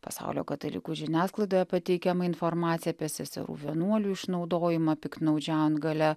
pasaulio katalikų žiniasklaidoje pateikiama informacija apie seserų vienuolių išnaudojimą piktnaudžiaujant galia